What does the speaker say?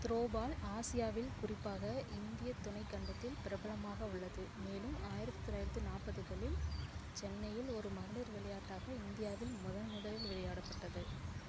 throw ball ஆசியாவில் குறிப்பாக இந்தியத் துணைக்கண்டத்தில் பிரபலமாக உள்ளது மேலும் ஆயிரத்து தொள்ளாயிரத்தி நாற்பதுகளில் சென்னையில் ஒரு மகளிர் விளையாட்டாக இந்தியாவில் முதன் முதலில் விளையாடப்பட்டது